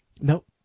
nope